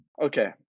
Okay